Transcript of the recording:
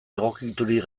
egokiturik